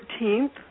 13th